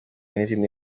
n’izindi